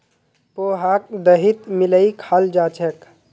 पोहाक दहीत मिलइ खाल जा छेक